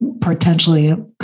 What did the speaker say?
potentially